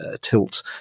tilt